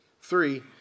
Three